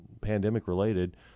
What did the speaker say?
pandemic-related